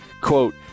Quote